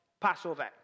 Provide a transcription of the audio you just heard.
Passover